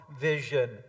vision